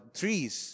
trees